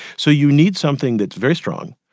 so you need something that's very strong,